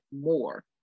more